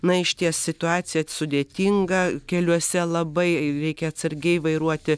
na išties situacija sudėtinga keliuose labai reikia atsargiai vairuoti